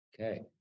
Okay